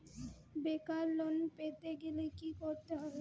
বেকার লোন পেতে গেলে কি করতে হবে?